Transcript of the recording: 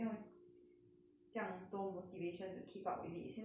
这样多 motivation to keep up with it 现在我都没有运动了